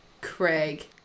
Craig